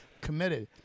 committed